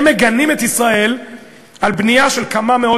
הם מגנים את ישראל על בנייה של כמה מאות